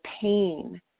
pain